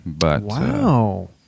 Wow